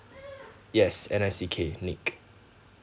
yes N I C K nick